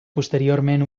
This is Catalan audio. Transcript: posteriorment